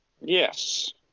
Yes